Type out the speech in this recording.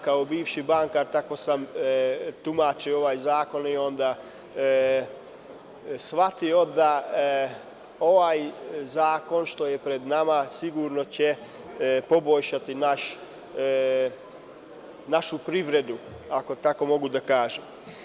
Kao bivši bankar, tako sam tumačio ovaj zakon i shvatio da će ovaj zakon koji je pred nama sigurno poboljšati našu privredu, ako tako mogu da kažem.